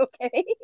Okay